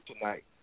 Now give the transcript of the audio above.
tonight